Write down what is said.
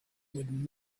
would